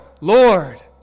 Lord